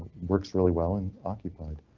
works really well and occupied.